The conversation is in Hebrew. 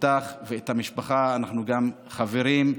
אותך ואת המשפחה, אנחנו גם חברים.